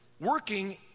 working